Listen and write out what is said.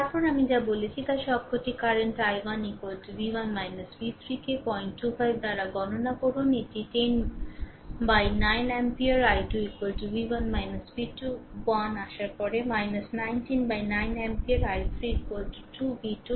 তারপরে আমি যা বলেছি তার সবকটি কারেন্ট i1 v1 v3 কে 025 বাই গণনা করুন এটি 10 by 9 ampere i 2 v1 v2 1 আসার পরে 19 বাই 9 অ্যাম্পিয়ার i3 2 V 2